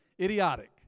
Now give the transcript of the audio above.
idiotic